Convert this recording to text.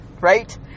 Right